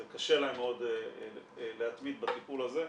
זה קשה להם מאוד להתמיד בטיפול הזה.